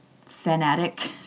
fanatic